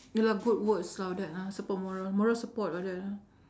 ya lah good words lah all that lah support moral moral support all that lah